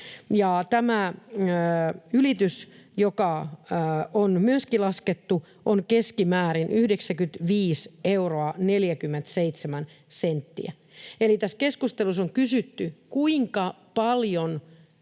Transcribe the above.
Tämä ylitys, joka on myöskin laskettu, on keskimäärin 95 euroa 47 senttiä. Eli kun tässä keskustelussa on kysytty, kuinka paljon